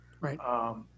Right